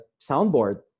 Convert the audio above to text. soundboard